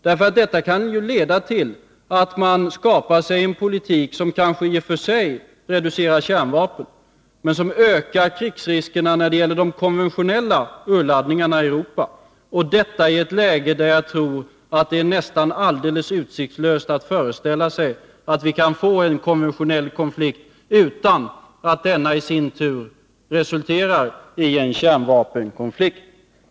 Det kan leda till att man skapar sig en politik som kanske i och för sig reducerar kärnvapnens roll, men som ökar krigsriskerna när det gäller de konventionella urladdningarna i Europa, och detta i ett läge där jag tror att det är nästan alldeles utsiktslöst att föreställa sig att vi kan få en Nr 31 konventionell konflikt utan att denna i sin tur resulterar i en kärnvapen Måndagen den konflikt.